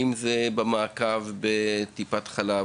אם זה במעקב של טיפת חלב,